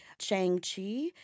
Shang-Chi